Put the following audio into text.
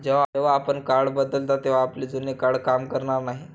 जेव्हा आपण कार्ड बदलता तेव्हा आपले जुने कार्ड काम करणार नाही